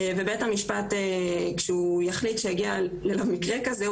וכשבית המשפט יחליט שהגיע אליו מקרה כזה,